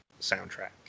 soundtrack